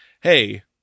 hey